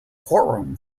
courtroom